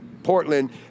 Portland